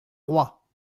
roi